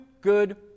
good